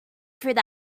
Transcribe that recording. through